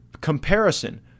comparison